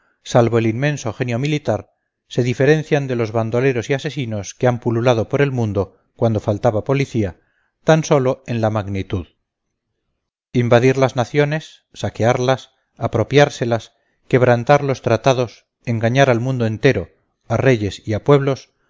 salvo el inmenso genio militar se diferencian de los bandoleros y asesinos que han pululado por el mundo cuando faltaba policía tan sólo en la magnitud invadir las naciones saquearlas apropiárselas quebrantar los tratados engañar al mundo entero a reyes y a pueblos